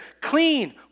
clean